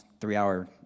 three-hour